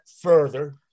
further